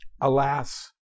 Alas